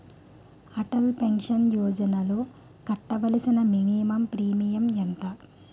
Atal pension యోజనలో కట్టవలసిన minimum premium ఎంత?